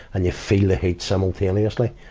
and you feel the heat simultaneously.